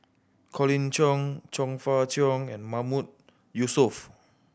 Colin Cheong Chong Fah Cheong and Mahmood Yusof